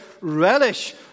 relish